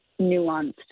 nuanced